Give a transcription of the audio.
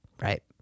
right